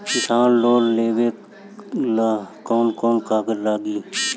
किसान लोन लेबे ला कौन कौन कागज लागि?